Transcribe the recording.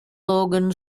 logan